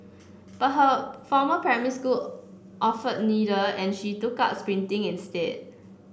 but her former primary school offered neither and she took up sprinting instead